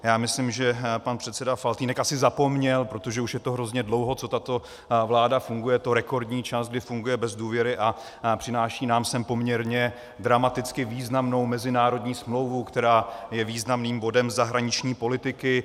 Já myslím, že pan předseda Faltýnek asi zapomněl, protože už je to hrozně dlouho, co tato vláda funguje, je to rekordní čas, kdy funguje bez důvěry, a přináší nám sem poměrně dramaticky významnou mezinárodní smlouvu, která je významným bodem zahraniční politiky.